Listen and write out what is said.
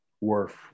worth